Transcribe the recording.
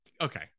okay